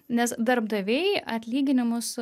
nes darbdaviai atlyginimus